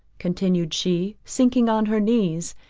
continued she, sinking on her knees,